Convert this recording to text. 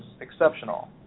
exceptional